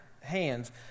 hands